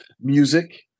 music